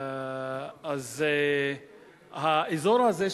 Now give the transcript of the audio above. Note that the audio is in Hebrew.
אז האזור הזה,